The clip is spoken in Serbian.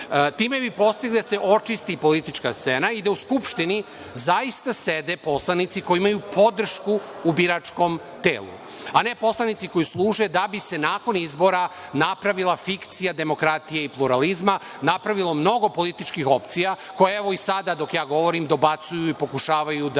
itd. Time bi postigli da se očisti politička scena i da u Skupštini zaista sede poslanici koji imaju podršku u biračkom telu, a ne poslanici koji služe da bi se nakon izbora napravila fikcija demokratije i pluralizma, napravilo mnogo političkih opcija koje, evo, i sada dok ja govorim dobacuju i pokušavaju da